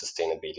sustainability